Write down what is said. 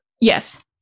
Yes